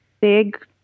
big